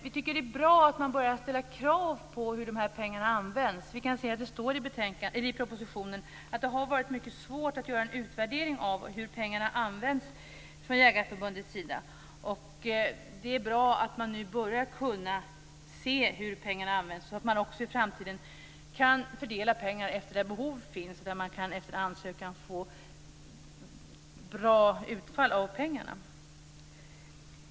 Vi tycker att det är bra att man börjar ställa krav på hur de här pengarna används. Vi kan se att det står i propositionen att det har varit mycket svårt att göra en utvärdering av hur pengarna används från Jägareförbundets sida. Det är bra att man nu kan börja se hur pengarna används så att man också i framtiden kan fördela pengar efter var behov finns och där man efter ansökan kan få bra utfall av pengarna.